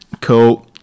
Cool